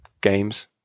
games